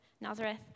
Nazareth